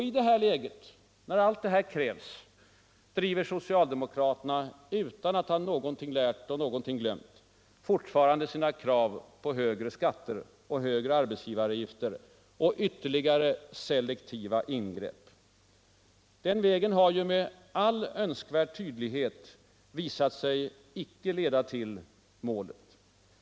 I det här läget, när allt detta krävs, driver socialdemokraterna utan att ha någonting lärt och någonting glömt fortfarande krav på högre skatter och högre arbetsgivaravgifter och på ytterligare selektiva ingrepp. Den vägen har ju med all önskvärd tydlighet visat sig icke leda till målet.